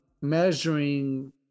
measuring